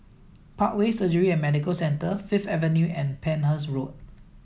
Parkway Surgery and Medical Centre Fifth Avenue and Penhas Road